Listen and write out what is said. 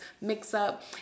mix-up